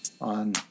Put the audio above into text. on